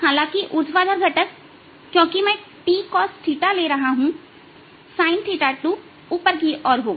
हालांकि ऊर्ध्वाधर घटक क्योंकि मैं t cosθ ले रहा हूं sinθ2 ऊपर की तरफ होगा